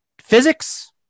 physics